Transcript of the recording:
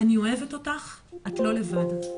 אני אוהבת אותך, את לא לבד.."